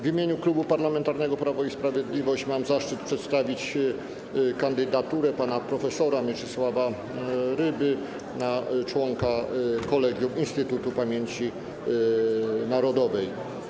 W imieniu Klubu Parlamentarnego Prawo i Sprawiedliwość mam zaszczyt przedstawić kandydaturę pana prof. Mieczysława Ryby na członka Kolegium Instytutu Pamięci Narodowej.